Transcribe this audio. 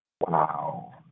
Wow